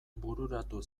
bururatu